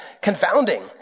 confounding